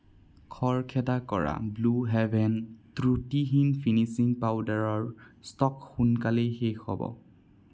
খৰখেদা কৰা blue heaven ত্ৰুটিহীন ফিনিচিং পাউদাৰৰ ষ্টক সোনকালেই শেষ হ'ব